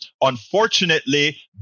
Unfortunately